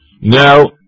Now